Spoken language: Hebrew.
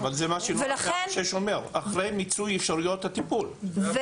אחרי מיצוי אפשרויות הטיפול,